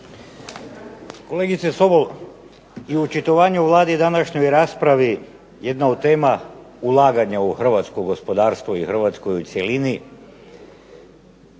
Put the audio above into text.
Kolegice Sobol, u očitovanju Vladi u današnjoj raspravi, jedna od tema ulaganja u hrvatsko gospodarstvo ili Hrvatsku u cjelini,